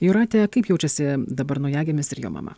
jūrate kaip jaučiasi dabar naujagimis ir jo mama